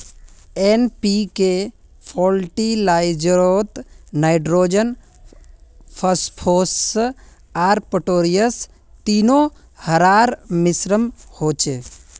NPK फ़र्टिलाइज़रोत nitrogen, phosphorus आर potassium तीनो रहार मिश्रण होचे